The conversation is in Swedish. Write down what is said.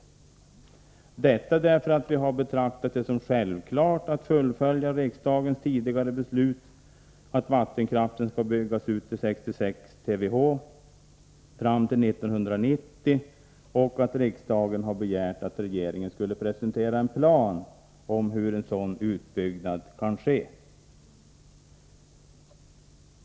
Anledningen härtill är att vi har betraktat det som självklart att fullfölja riksdagens tidigare beslut att vattenkraften skall byggas ut till 66 TWh fram till 1990 och att riksdagen har begärt att regeringen skulle presentera en plan om hur en sådan utbyggnad kan ske.